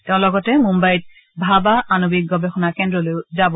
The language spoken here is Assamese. তেওঁ লগতে মুন্নইত ভাবা আণৱিক গৱেষণা কেন্দ্ৰলৈও যাব